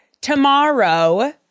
tomorrow